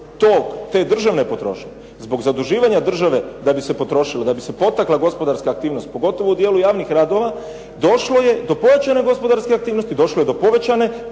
tog, te državne potrošnje, zbog zaduživanja države da bi se potrošilo, da bi se potakla gospodarska aktivnost pogotovo u dijelu javnih radova došlo je do pojačane gospodarske aktivnosti, došlo je do povećane